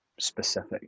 specific